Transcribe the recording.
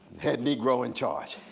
head negro in charge.